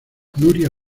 nuria